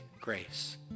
grace